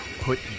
Put